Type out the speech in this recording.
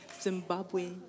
Zimbabwe